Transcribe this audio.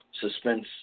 suspense